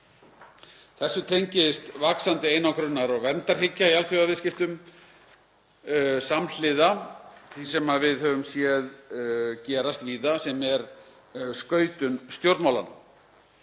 Þessu tengist vaxandi einangrunar- og verndarhyggja í alþjóðaviðskiptum samhliða því sem við höfum séð gerast víða, sem er skautun stjórnmálanna.